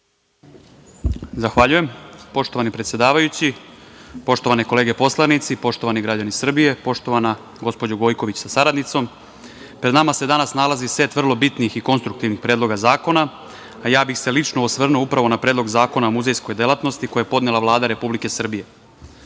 Zahvaljujem. Poštovani predsedavajući, poštovane kolege poslanici, poštovani građani Srbije, poštovana gospođo Gojković sa saradnicom, pred nama se danas nalazi set vrlo bitnih i konstruktivnih predloga zakona, ja bih se lično osvrnuo upravo na Predlog zakona o muzejskoj delatnosti, koji je podnela Vlada Republike